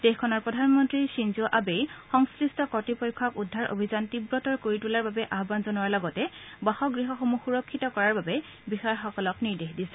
দেশখনৰ প্ৰধানমন্ত্ৰী খিনজ আবেই সংশ্লিষ্ট কৰ্তৃপক্ষক উদ্ধাৰ অভিযান তীৱতৰ কৰি তোলাৰ বাবে আহ্মন জনোৱাৰ লগতে বাসগৃহসমূহ সুৰক্ষিত কৰাৰ বাবে বিষয়াসকলক নিৰ্দেশ দিছে